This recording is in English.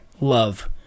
love